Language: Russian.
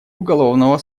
уголовного